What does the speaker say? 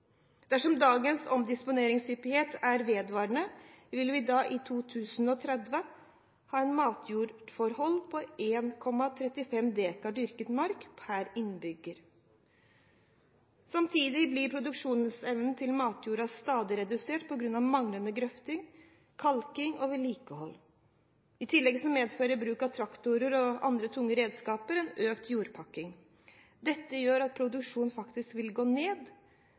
Dersom dagens omdisponeringshyppighet er vedvarende, vil vi i 2030 ha et matjordforhold på 1,35 dekar dyrket mark per innbygger. Samtidig blir produksjonsevnen til matjorda stadig redusert på grunn av manglende grøfting, kalking og vedlikehold. I tillegg medfører bruk av traktorer og andre tunge redskaper økt jordpakking. Dette gjør at produksjonen faktisk vil gå ned,